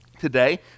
today